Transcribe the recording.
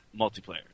multiplayer